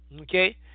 Okay